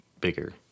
bigger